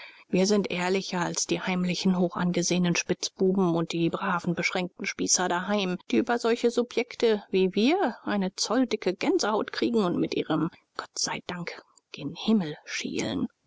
wir sind ehrlicher als die heimlichen hochangesehenen spitzbuben und die braven beschränkten spießer daheim die über solche subjekte wie wir eine zolldicke gänsehaut kriegen und mit ihrem gottseidank gen himmel schielen